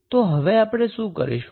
તો હવે આપણે શું કરીશું